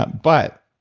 but but